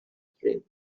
dream